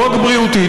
לא רק בריאותית,